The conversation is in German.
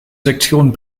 sektion